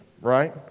right